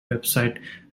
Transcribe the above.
website